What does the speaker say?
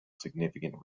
significant